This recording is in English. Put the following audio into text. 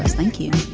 thank you.